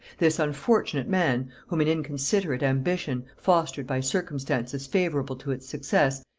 this unfortunate man, whom an inconsiderate ambition, fostered by circumstances favorable to its success,